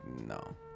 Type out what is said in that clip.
no